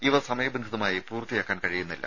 ഇവ സമയബന്ധിതമായി പൂർത്തിയാക്കാൻ കഴിയുന്നില്ല